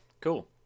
cool